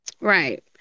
Right